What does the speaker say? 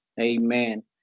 Amen